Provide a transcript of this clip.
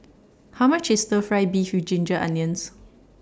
How much IS Stir Fry Beef with Ginger Onions